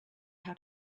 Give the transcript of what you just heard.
how